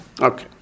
Okay